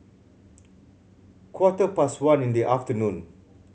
quarter past one in the afternoon